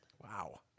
Wow